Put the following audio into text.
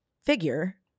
figure